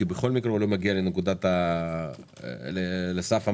כי בכל מקרה הוא לא מגיע לסף המס.